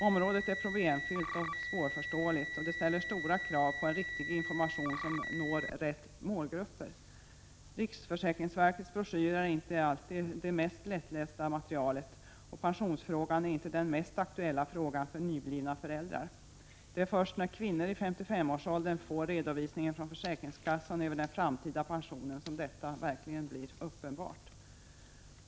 Området är problemfyllt och svårförståeligt, och det ställer stora krav på en riktig information som når rätt målgrupper. Riksförsäkringsverkets broschyrer är inte alltid det mest lättlästa materialet, och pensionsfrågan är inte den mest aktuella frågan för nyblivna föräldrar. Det är först när kvinnor i 55-årsåldern får redovisningen från försäkringskassan över den framtida pensionen som detta blir uppenbart.